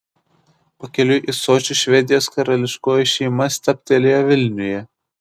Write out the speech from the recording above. pakeliui į sočį švedijos karališkoji šeima stabtelėjo vilniuje